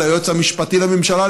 ליועץ המשפטי לממשלה,